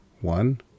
One